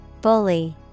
Bully